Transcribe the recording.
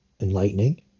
enlightening